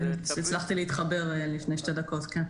הצלחתי להתחבר לפני שתי דקות, כן.